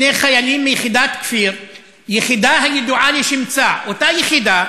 טיבי, אתה חצוף.